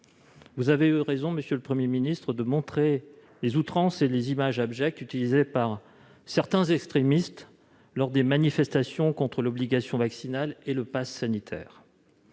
Vous avez eu raison de pointer les outrances et les images abjectes utilisées par certains extrémistes lors des manifestations contre l'obligation vaccinale et le passe sanitaire.